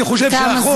אני חושב שהחוק,